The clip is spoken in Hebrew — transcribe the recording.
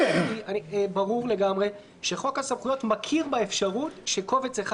ברור לגמרי שחוק הסמכויות מכיר באפשרות שקובץ אחד